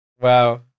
wow